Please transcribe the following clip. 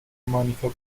مانیکا